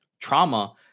trauma